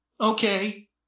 Okay